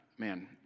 man